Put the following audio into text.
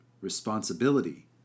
responsibility